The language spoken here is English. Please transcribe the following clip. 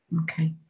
Okay